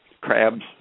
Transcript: crabs